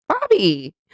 Bobby